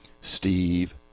steve